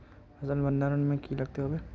फसल भण्डारण में की लगत होबे?